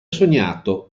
sognato